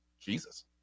Jesus